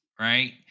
right